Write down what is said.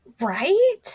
Right